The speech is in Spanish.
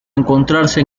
encontrarse